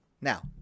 Now